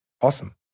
Awesome